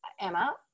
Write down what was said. Emma